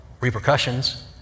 repercussions